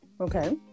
okay